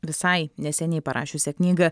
visai neseniai parašiusia knygą